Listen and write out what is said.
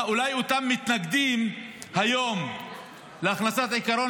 אולי אותם מתנגדים היום להכנסת עקרון